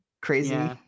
crazy